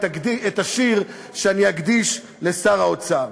את השיר שאני אקדיש לשר האוצר: